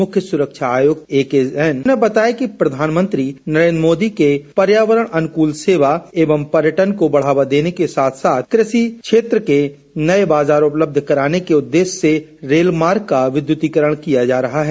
मुख्य सुरक्षा आयुक्त रेल एकेजैन ने बताया कि प्रधानमंत्री नरेन्द्र मोदी के पर्यावरण अनुकूल सेवा एवं पर्यटन को बढ़ावा देने के साथ साथ कृषि क्षेत्र के नये बाजार उपलब्ध कराने के उद्देश्य से रेल मार्गों का विद्युतीकरण किया जा रहा है